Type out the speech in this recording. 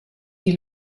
die